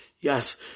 yes